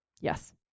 Yes